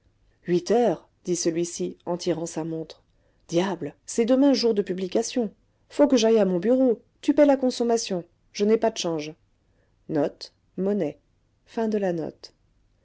huit heures dit celui-ci en tirant sa montre diable c'est demain jour de publication faut que j'aille à mon bureau tu paies la consommation je n'ai pas de change